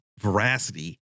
veracity